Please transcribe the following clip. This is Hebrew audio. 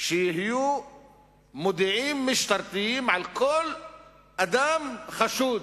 שיהיו מודיעים משטרתיים על כל אדם חשוד.